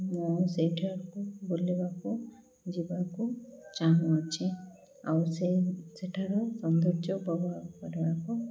ମୁଁ ସେଇଠାକୁ ବୁଲିବାକୁ ଯିବାକୁ ଚାହୁଁଅଛି ଆଉ ସେ ସେଠାର ସୌନ୍ଦର୍ଯ୍ୟ ଉପଭୋଗ କରିବାକୁ